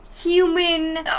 human